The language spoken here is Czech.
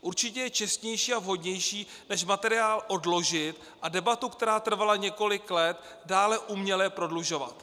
Určitě je čestnější a vhodnější než materiál odložit a debatu, která trvala několik let, dále uměle prodlužovat.